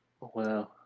Wow